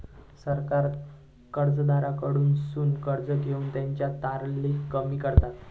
सरकार कर्जदाराकडसून कर्ज घेऊन त्यांची तरलता कमी करता